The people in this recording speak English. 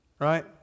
Right